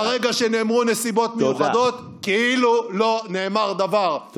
מהרגע שנאמרו "נסיבות מיוחדות" כאילו לא נאמר דבר,